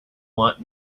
want